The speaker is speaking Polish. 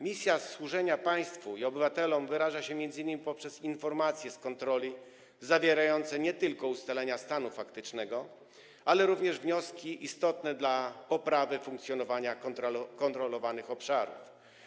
Misja służenia państwu i obywatelom wyraża się między innymi poprzez informacje z kontroli, zawierające nie tylko ustalenia stanu faktycznego, ale również wnioski istotne dla poprawy funkcjonowania kontrolowanych obszarów.